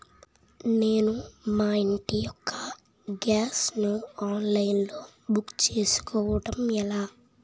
నేను మా ఇంటి యెక్క గ్యాస్ ను ఆన్లైన్ లో బుక్ చేసుకోవడం ఎలా?